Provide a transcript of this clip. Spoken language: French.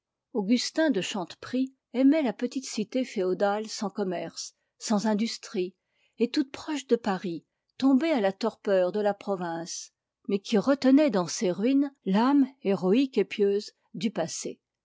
augustin de chanteprie aimait la petite cité féodale sans industrie sans commerce et toute proche de paris tombée à la torpeur de la province mais qui retenait dans ses ruines l'âme héroïque et pieuse du passé